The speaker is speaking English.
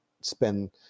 spend